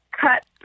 Cut